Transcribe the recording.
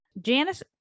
Janice